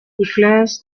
declares